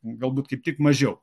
galbūt kaip tik mažiau